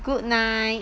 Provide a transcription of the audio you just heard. good night